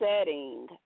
setting